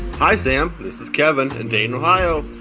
hi, sam. this is kevin in dayton, ohio.